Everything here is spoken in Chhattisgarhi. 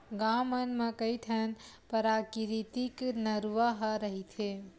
गाँव मन म कइठन पराकिरितिक नरूवा ह रहिथे